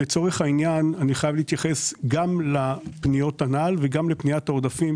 לצורך העניין אני חייב להתייחס גם לפניות הנ"ל וגם לפניית העודפים,